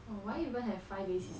oh why even have five days C_C_A